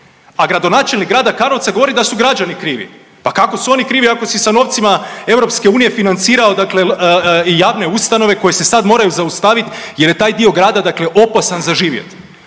a gradonačelnik grada Karlovca govori da su građani krivi. Pa kako su oni krivi ako si sa novcima EU financirao dakle javne ustanove koje se sad moraju zaustaviti jer je taj dio grada, dakle, opasan za živjeti.